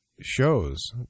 shows